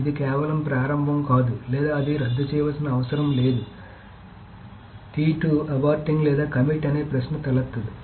ఇది కేవలం ప్రారంభం కాదు లేదా అది రద్దు చేయాల్సిన అవసరం లేదు అబార్టింగ్ లేదా కమిట్ అనే ప్రశ్న తలెత్తదు